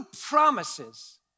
promises